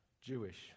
Jewish